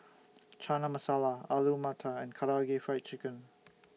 Chana Masala Alu Matar and Karaage Fried Chicken